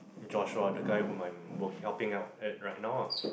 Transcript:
Joshua the guy who my work helping out at right now ah